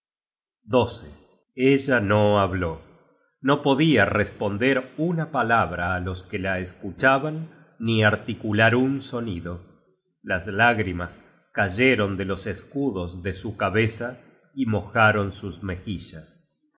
ella no habló no podia responder una palabra á los que la escuchaban ni articular un sonido las lágrimas cayeron de los escudos de su cabeza y mojaron sus mejillas